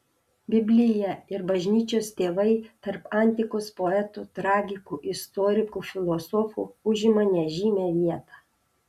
biblija ir bažnyčios tėvai tarp antikos poetų tragikų istorikų filosofų užima nežymią vietą